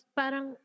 parang